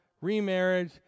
remarriage